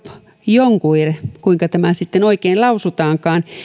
jonquiere kuinka tämä sitten oikein lausutaankaan